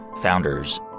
founders